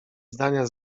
zdania